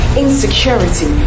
insecurity